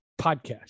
podcast